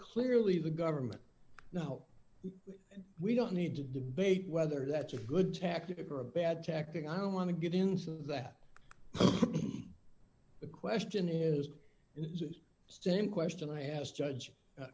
clearly the government now we don't need to debate whether that's a good tactic or a bad tactic i want to get into that the question is is same question i asked judge